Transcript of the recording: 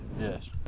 Yes